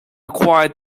required